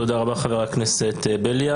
תודה רבה חבר הכנסת בליאק.